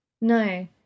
No